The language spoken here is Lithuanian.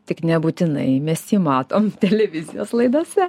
tik nebūtinai mes jį matom televizijos laidose